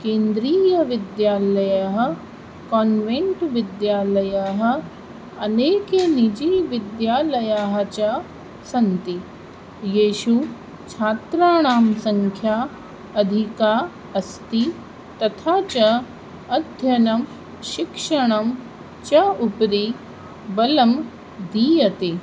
केन्द्रीयविद्यालयः convent विद्यालयः अनेके निजीविद्यालयाः च सन्ति येषु छात्राणां सङ्ख्या अधिका अस्ति तथा च अध्ययनं शिक्षणं च उपरि बलं दीयते